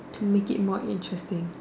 to make it more interesting